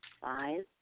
Five